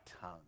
tongue